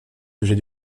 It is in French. sujet